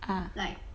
like